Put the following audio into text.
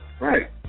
Right